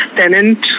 tenant